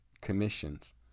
commissions